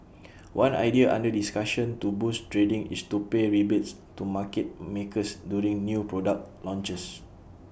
one idea under discussion to boost trading is to pay rebates to market makers during new product launches